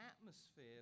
atmosphere